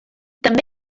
també